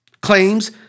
Claims